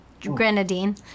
grenadine